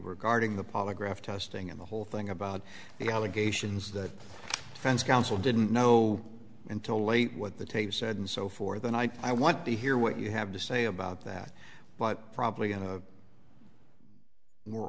regarding the polygraph testing and the whole thing about the allegations that fence counsel didn't know until late what the tape said and so for the night i want to hear what you have to say about that but probably in a more